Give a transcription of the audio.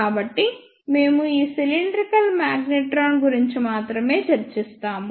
కాబట్టి మేము ఈ సిలిండ్రికల్ మాగ్నెట్రాన్ గురించి మాత్రమే చర్చిస్తాము